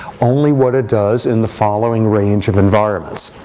only what it does in the following range of environments.